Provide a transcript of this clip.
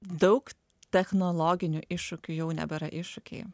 daug technologinių iššūkių jau nebėra iššūkiai